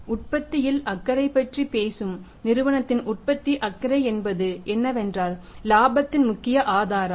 நாம் உற்பத்தியில் அக்கறை பற்றி பேசும் நிறுவனத்தின் உற்பத்தி அக்கறை என்பது என்னவென்றால் இலாபத்தின் முக்கிய ஆதாரம்